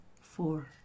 four